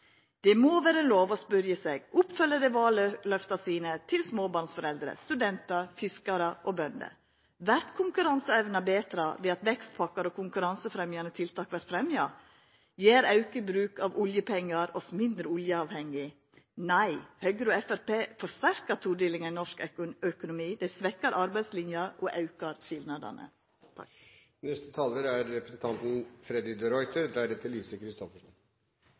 Det må vera lov å spørja seg: Oppfyller dei valløfta sine til småbarnsforeldre, studentar, fiskarar og bønder? Vert konkurranseevna betra ved at vekstpakkar og konkurransefremjande tiltak vert fjerna? Gjer auka bruk av oljepengar oss mindre oljeavhengige? Nei, Høgre og Framstegspartiet forsterkar todelinga i norsk økonomi. Dei svekkjer arbeidslinja og aukar